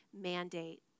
mandate